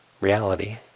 reality